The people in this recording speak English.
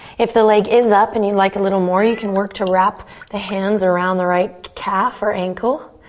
if the leg is up and you like a little more, you can work to wrap the hands around the right calf or ankle,